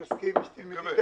תסכימי --- כן,